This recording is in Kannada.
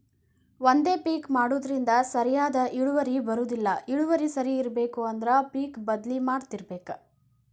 ಒಂದೇ ಪಿಕ್ ಮಾಡುದ್ರಿಂದ ಸರಿಯಾದ ಇಳುವರಿ ಬರುದಿಲ್ಲಾ ಇಳುವರಿ ಸರಿ ಇರ್ಬೇಕು ಅಂದ್ರ ಪಿಕ್ ಬದ್ಲಿ ಮಾಡತ್ತಿರ್ಬೇಕ